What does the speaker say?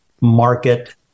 market